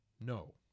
no